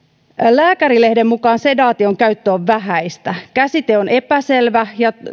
lääkärilehden mukaan sedaation käyttö on vähäistä käsite on epäselvä ja